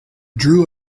drew